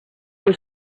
was